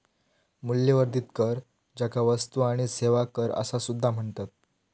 मूल्यवर्धित कर, ज्याका वस्तू आणि सेवा कर असा सुद्धा म्हणतत